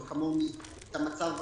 לפחות כמוני, את המצב.